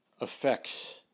effects